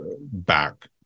back